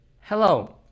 Hello